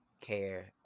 care